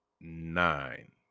nine